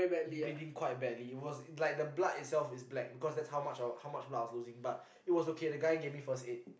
bleeding quite badly it was like the blood itself is black because that's how much how much blood I was losing but it was okay the guy gave me first aid